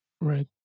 Right